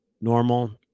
normal